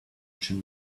john